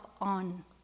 on